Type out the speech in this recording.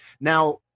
Now